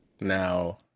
Now